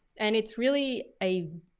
and it's really a,